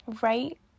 Right